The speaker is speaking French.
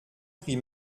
prie